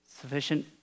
Sufficient